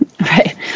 Right